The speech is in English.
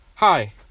Hi